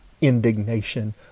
indignation